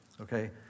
Okay